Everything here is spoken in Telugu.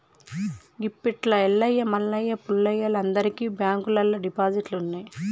గిప్పట్ల ఎల్లయ్య మల్లయ్య పుల్లయ్యలు అందరికి బాంకుల్లల్ల డిపాజిట్లున్నయ్